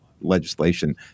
legislation